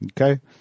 Okay